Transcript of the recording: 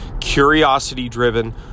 curiosity-driven